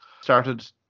started